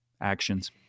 actions